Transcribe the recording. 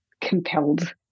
compelled